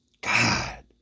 God